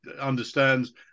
understands